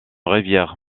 rivière